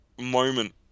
moment